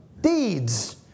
Deeds